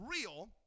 real